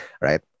right